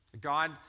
God